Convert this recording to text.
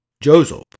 Joseph